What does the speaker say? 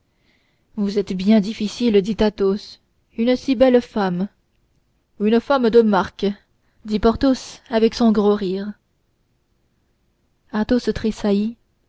vous êtes bien difficile dit athos une si belle femme une femme de marque dit porthos avec son gros rire athos tressaillit